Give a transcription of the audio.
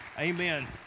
Amen